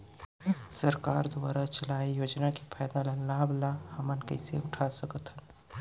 सरकार दुवारा चलाये योजना के फायदा ल लाभ ल हमन कइसे उठा सकथन?